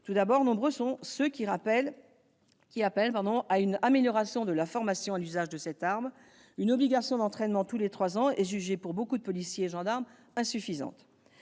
Tout d'abord, nombreux sont ceux qui appellent à une amélioration de la formation à l'usage de cette arme : l'obligation d'entraînement tous les trois ans est jugée insuffisante par de nombreux policiers et gendarmes.